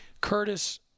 Curtis